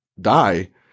die